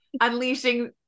unleashing